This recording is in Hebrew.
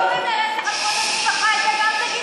אתה גם תגיד להם?